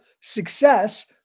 success